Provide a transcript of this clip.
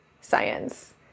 science